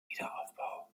wiederaufbau